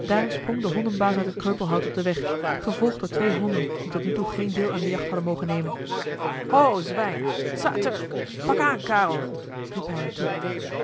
daar sprong de hondenbaas uit het kreupelhout op den weg gevolgd door twee honden die tot nu toe geen deel aan de jacht hadden mogen nemen ho zwijn tsa turk pak aan caro riep hij hun toe